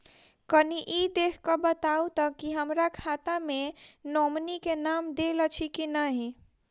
कनि ई देख कऽ बताऊ तऽ की हमरा खाता मे नॉमनी केँ नाम देल अछि की नहि?